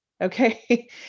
Okay